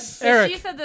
Eric